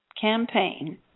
campaign